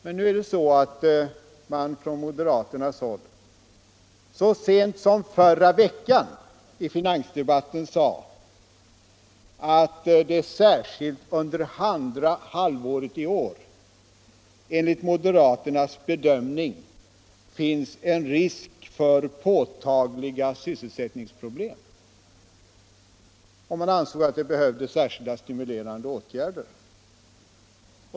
Men så sent som förra veckan framhöll moderaterna i finansdebatten att det särskilt under andra halvåret i år fanns en risk för påtagliga sysselsättningsproblem, och moderaterna ansåg att det behövdes särskilda stimulerande åtgärder.